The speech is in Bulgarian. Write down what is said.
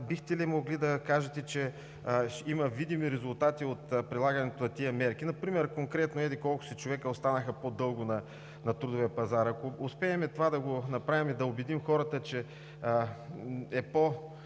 бихте ли могли да кажете, че има видими резултати от прилагането на тези мерки? Например конкретно еди-колко си човека останаха по-дълго на трудовия пазар? Ако успеем това да го направим и да убедим хората, че за